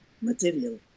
Material